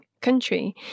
country